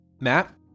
Matt